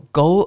go